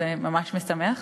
אז זה ממש משמח.